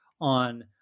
on